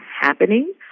happening